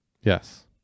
Yes